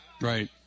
Right